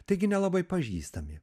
taigi nelabai pažįstami